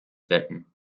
werden